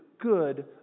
good